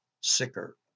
sicker